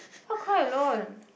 how cry alone